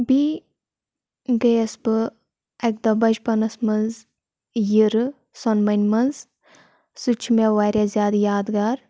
بیٚیہِ گٔیَس بہٕ اَکہِ دۄہ بَچپَنَس منٛز یِرٕ سۄن منہِ منٛز سُہ چھُ مےٚ واریاہ زیادٕ یادگار